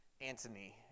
Antony